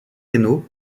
reynaud